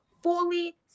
Fully